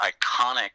iconic